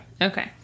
Okay